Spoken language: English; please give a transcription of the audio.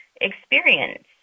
experience